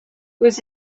aux